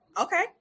Okay